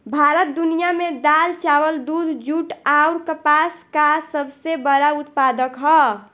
भारत दुनिया में दाल चावल दूध जूट आउर कपास का सबसे बड़ा उत्पादक ह